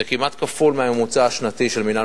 זה כמעט כפול מהממוצע השנתי של מינהל